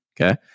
okay